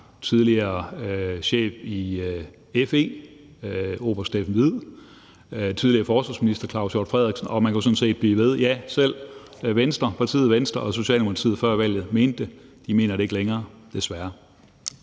tidligere chef i FE oberst Steffen Wied; tidligere forsvarsminister Claus Hjort Frederiksen, og man kunne sådan set blive ved – ja, selv partiet Venstre og Socialdemokratiet før valget mente det. De mener det ikke længere, desværre.